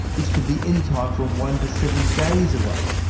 which can be any time from one to seven days away.